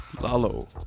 Lalo